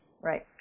Right